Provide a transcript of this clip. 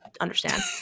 understand